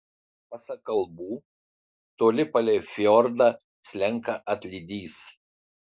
pasak kalbų toli palei fjordą slenka atlydys